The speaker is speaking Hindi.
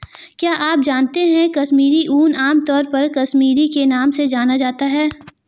क्या आप जानते है कश्मीरी ऊन, आमतौर पर कश्मीरी के नाम से जाना जाता है?